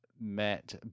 Matt